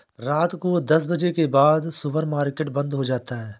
रात को दस बजे के बाद सुपर मार्केट बंद हो जाता है